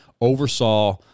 oversaw